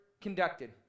conducted